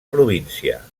província